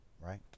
Right